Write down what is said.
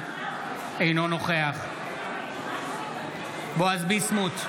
אינו נוכח בועז ביסמוט,